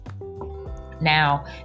Now